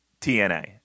TNA